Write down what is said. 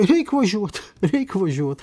reik važiuot reik važiuot